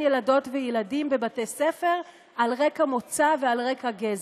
ילדות וילדים בבתי ספר על רקע מוצא ועל רקע גזע.